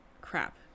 crap